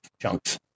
chunks